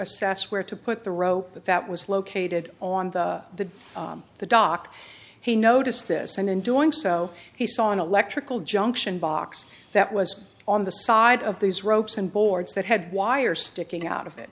assess where to put the rope but that was located on the the dock he noticed this and in doing so he saw an electrical junction box that was on the side of these ropes and boards that had wires sticking out of it